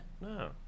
No